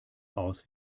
aus